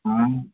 आं